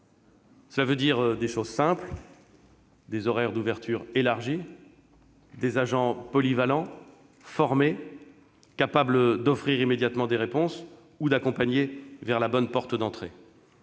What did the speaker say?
Cela suppose des choses simples, comme des horaires d'ouverture élargis, des agents polyvalents, formés, capables d'offrir immédiatement des réponses ou d'accompagner vers la bonne porte d'entrée.